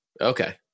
Okay